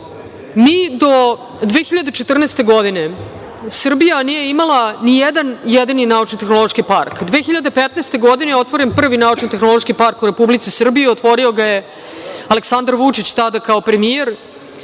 do 2014. godine nije imala ni jedan jedini naučno-tehnološki park. Godine 2015. otvoren je prvi naučno-tehnološki park u Republici Srbiji, otvorio ga je Aleksandar Vučić, tada kao premijer,